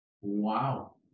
Wow